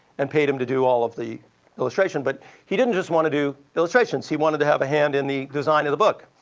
and paid him to do all of the illustrations. but he didn't just want to do illustrations. he wanted to have a hand in the design of the book.